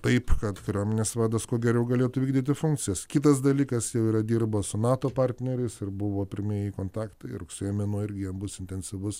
taip kad kariuomenės vadas kuo geriau galėtų vykdyti funkcijas kitas dalykas jau yra dirba su nato partneriais ir buvo pirmieji kontaktai rugsėjo mėnuo irgi jiems bus intensyvus